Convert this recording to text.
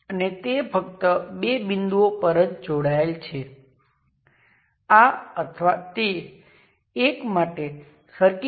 હવે પહેલાની જેમ કેટલીક સર્કિટ માટે માત્ર તેમાંથી કેટલાકને ડિફાઇન કરી શકાય છે